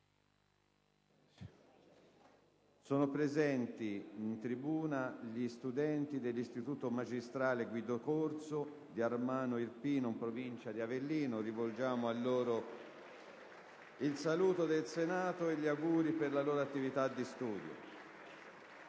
Sono presenti in tribuna gli studenti dell'Istituto magistrale statale «Guido Dorso» di Ariano Irpino, in Provincia di Avellino ai quali rivolgiamo il saluto del Senato e gli auguri per la loro attività di studio.